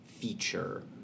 feature